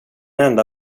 enda